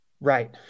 right